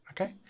okay